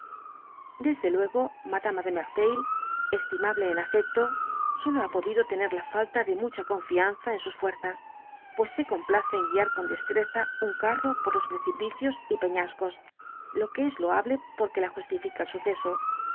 desde luego madama de merteuil estimable en efecto solo ha podido tener la falta de mucha confianza en sus fuerzas pues se complace en guiar con destreza un carro por los precipicios y peñascos lo que es loable por que la justifica el suceso